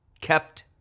kept